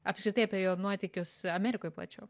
apskritai apie jo nuotykius amerikoj plačiau